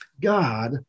God